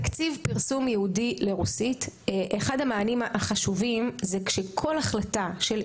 תקציב פרסום ייעודי לרוסית: אחד המענים החשובים זה כשכל החלטה שיוצאת,